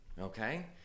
okay